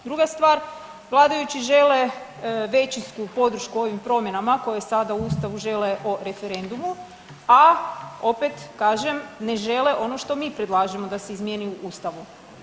Druga stvar, vladajući žele većinsku podršku ovim promjenama koje sada u Ustavu žele o referendumu, a opet kažem, ne žele ono što mi predlažemo da se izmijeni u Ustavu.